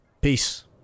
peace